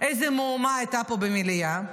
איזו מהומה הייתה פה במליאה,